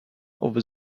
over